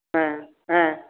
ஆ ஆ